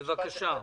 בבקשה.